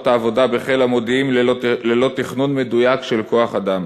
העבודה בחיל המודיעין ללא תכנון מדויק של כוח-אדם.